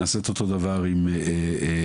נעשה אותו הדבר עם מד"א.